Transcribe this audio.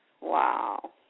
Wow